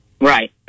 Right